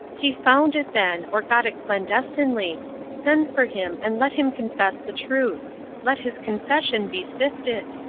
he found it, then, or got it clandestinely send for him, and let him confess the truth let his confession be sifted.